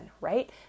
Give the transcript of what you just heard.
right